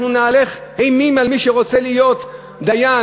אנחנו נהלך אימים על מי שרוצה להיות דיין,